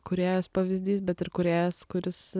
kūrėjas pavyzdys bet ir kūrėjas kuris